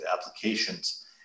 applications